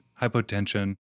hypotension